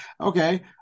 okay